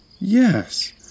Yes